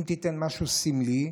אם תיתן משהו סמלי,